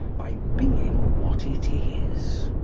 by being what it is.